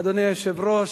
אדוני היושב-ראש,